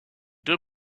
deux